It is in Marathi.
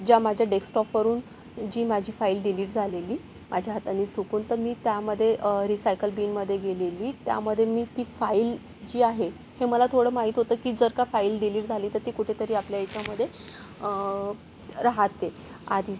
ज्या माझ्या डेस्कटॉपवरून जी माझी फाईल डिलीट झालेली माझ्या हाताने चुकून तर मी त्यामध्ये रिसायकल बिनमध्ये गेलेली त्यामध्ये मी ती फाईल जी आहे हे मला थोडं माहीत होतं की जर का फाईल डिलीट झाली तर ती कुठेतरी आपल्या याच्यामध्ये राहते आधीच